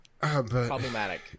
problematic